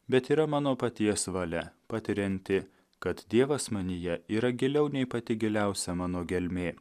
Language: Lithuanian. bet yra mano paties valia patirianti kad dievas manyje yra giliau nei pati giliausia mano gelmė